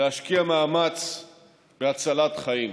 להשקיע מאמץ בהצלת חיים.